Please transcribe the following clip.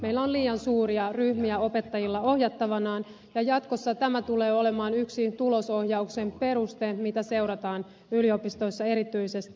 meillä on liian suuria ryhmiä opettajilla ohjattavanaan ja jatkossa tämä tulee olemaan yksi tulosohjauksen peruste jota seurataan yliopistoissa erityisesti